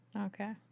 Okay